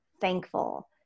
thankful